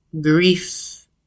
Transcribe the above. grief